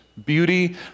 beauty